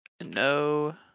no